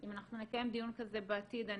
אם אנחנו נקיים דיון נוסף כזה בעתיד,